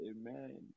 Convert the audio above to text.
amen